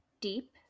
Deep